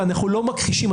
ואנחנו לא מכחישים,